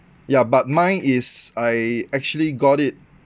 ya but mine is I actually got it